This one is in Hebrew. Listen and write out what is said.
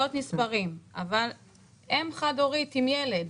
נספרים, אבל אם חד הורית עם ילד,